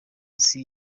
isi